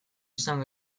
izan